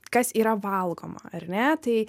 kas yra valgoma ar ne tai